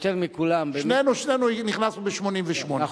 יותר מכולם, שנינו, שנינו נכנסנו ב-1988.